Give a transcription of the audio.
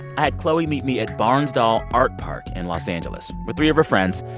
i had chloe meet me at barnsdall art park in los angeles with three of her friends.